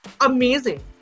amazing